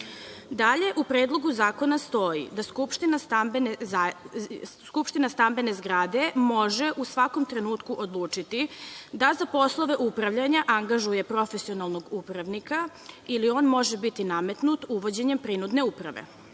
režimu. Dalje, u Predlogu zakona stoji da skupština stambene zgrade može u svakom trenutku odlučiti da za poslove upravljanja angažuje profesionalnog upravnika ili on može biti nametnut uvođenjem prinudne uprave.